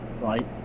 right